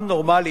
עם נורמלי